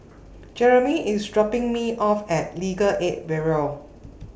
Jeremey IS dropping Me off At Legal Aid Bureau